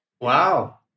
Wow